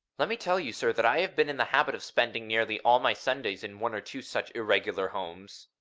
let me tell you, sir, that i have been in the habit of spending nearly all my sundays in one or two such irregular homes